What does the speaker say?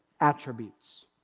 attributes